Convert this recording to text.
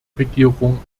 regierung